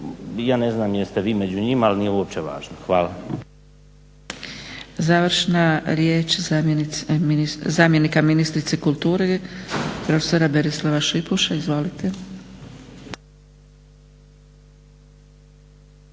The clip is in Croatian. Ja ne znam jeste li vi među njima ali nije uopće važno. Hvala.